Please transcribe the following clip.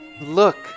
Look